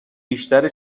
بیشتر